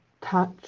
touch